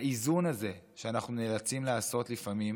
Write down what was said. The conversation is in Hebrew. האיזון הזה שאנחנו נאלצים לעשות לפעמים